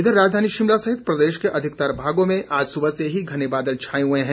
इधर राजधानी शिमला सहित प्रदेश के अधिकतर भागों में आज सुबह से ही घने बादल छाए हुए हैं